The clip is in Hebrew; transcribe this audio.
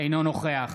אינו נוכח